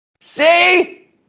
See